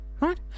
Right